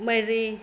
ꯃꯔꯤ